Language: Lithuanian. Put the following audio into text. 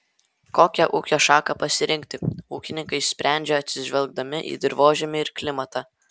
kokią ūkio šaką pasirinkti ūkininkai sprendžia atsižvelgdami į dirvožemį ir klimatą